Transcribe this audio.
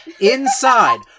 inside